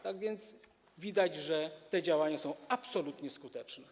Tak więc widać, że te działania są absolutnie skuteczne.